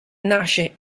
nasce